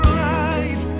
right